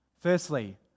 firstly